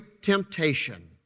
temptation